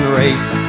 race